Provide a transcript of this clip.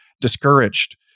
discouraged